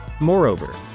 Moreover